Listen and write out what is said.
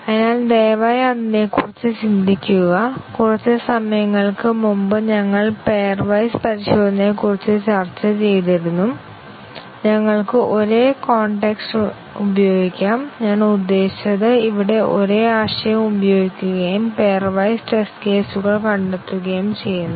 അതിനാൽ ദയവായി അതിനെക്കുറിച്ച് ചിന്തിക്കുക കുറച്ച് സമയങ്ങൾക്ക് മുമ്പ് ഞങ്ങൾ പെയർ വൈസ് പരിശോധനയെക്കുറിച്ച് ചർച്ച ചെയ്തിരുന്നു ഞങ്ങൾക്ക് ഒരേ കോൺടെക്സ്റ്റ് ഉപയോഗിക്കാം ഞാൻ ഉദ്ദേശിച്ചത് ഇവിടെ ഒരേ ആശയം ഉപയോഗിക്കുകയും പെയർ വൈസ് ടെസ്റ്റ് കേസുകൾ കണ്ടെത്തുകയും ചെയ്യുന്നു